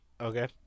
okay